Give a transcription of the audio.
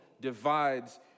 divides